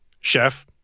Chef